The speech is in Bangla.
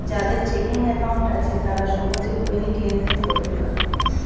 যাদের চেকিং অ্যাকাউন্ট আছে তারা সহজে দৈনিক লেনদেন করতে পারে